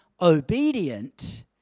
obedient